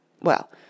Well